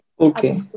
Okay